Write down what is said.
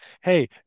hey